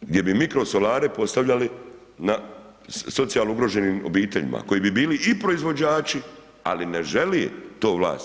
gdje bi mikrosolare postavljali na socijalno ugroženim obiteljima, koji bi bili i proizvođači, ali ne želi to vlast.